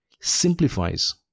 simplifies